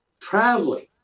traveling